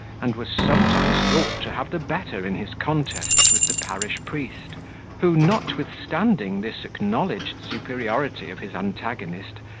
and was sometimes thought to have the better in his contests, with the parish-priest, who, notwithstanding this acknowledged superiority of his antagonist,